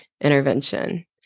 intervention